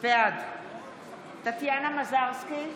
בעד טטיאנה מזרסקי,